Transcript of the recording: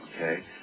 okay